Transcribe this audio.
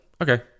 okay